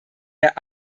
der